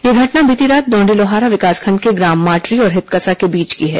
यह घटना बीती रात डौंडीलोहारा विकासखंड के ग्राम माटरी और हितकसा के बीच की है